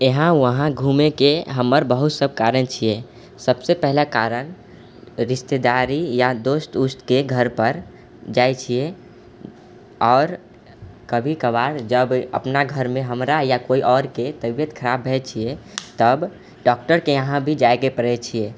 यहाँ घुमैके हमर बहुत सब कारण छियै सबसँ पहिला कारण रिश्तेदारी या दोस्त उस्तके घरपर जाइ छियै आओर कभी कभार जब अपना घरमे हमरा या कोइ आओरके तबियत खराब भए छियै तब डॉक्टरके यहाँ भी जाइके पड़ै छियै